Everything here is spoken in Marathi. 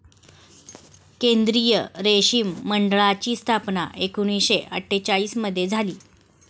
केंद्रीय रेशीम मंडळाची स्थापना एकूणशे अट्ठेचालिश मध्ये झाली